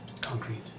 concrete